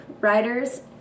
riders